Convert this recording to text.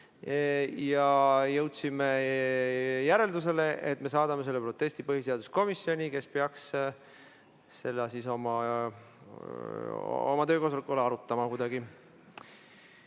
Jõudsime järeldusele, et me saadame selle protesti põhiseaduskomisjoni, kes peaks seda siis oma töökoosolekul kuidagi